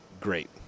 great